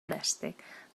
préstec